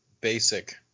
basic